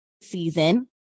season